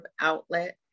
outlet